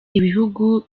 ibihugu